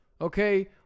okay